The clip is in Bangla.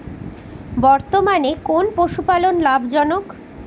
বর্তমানে কোন পশুপালন লাভজনক?